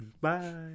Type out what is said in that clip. Bye